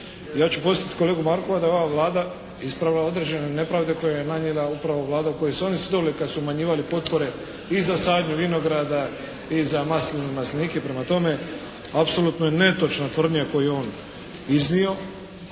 Ja ću podsjetiti kolegu Markova da je ova Vlada ispravila određene nepravde koje joj je nanijela upravo Vlada koju su oni … /Govornik se ne razumije./ … kad su umanjivali potpore i za sadnju vinograda i za masline i maslinike. Prema tome apsolutno je netočna tvrdnja koju je on iznio.